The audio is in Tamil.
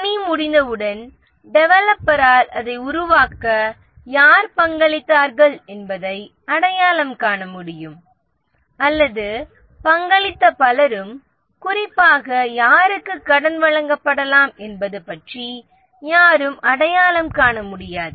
பணி முடிந்தவுடன் டெவலப்பரால் அதை உருவாக்க யார் பங்களித்தார்கள் என்பதை அடையாளம் காண முடியும் அல்லது பங்களித்த பலரும் குறிப்பாக யாருக்கு புகழ் வழங்கப்படலாம் என்பது பற்றி யாரும் அடையாளம் காணமுடியாது